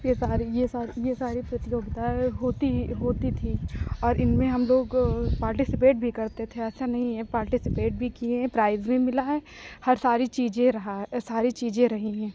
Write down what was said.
ये सारी ये सा ये सारी प्रतियोगिताएं होती होती थी और इनमें हम लोग पार्टिसिपेट भी करते थे ऐसा नहीं है पार्टिसिपेट भी किए हैं प्राइज भी मिला है और सारी चीज़ें रहा है सारी चीज़ें रही हैं